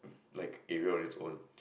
like area of it's own